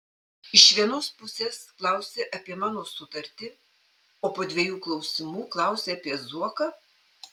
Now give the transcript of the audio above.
iš vienos pusės klausi apie mano sutartį o po dviejų klausimų klausi apie zuoką